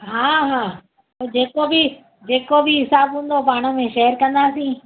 हा हा जेको बि जेको बि हिसाबु हूंदो हू पाण में शेयर कंदासीं